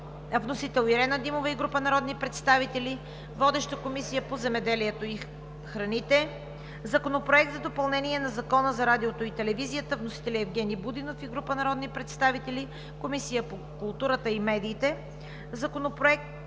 Вносител – Ирена Димова и група народни представители. Водеща е Комисията по земеделието и храните. Законопроект за допълнение на Закона за радиото и телевизията. Вносители – Евгени Будинов и група народни представители. Водеща е Комисията по културата и медиите. Законопроект